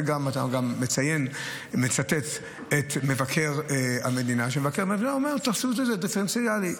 אתה מצטט את מבקר המדינה שאומר: תעשו את זה דיפרנציאלי.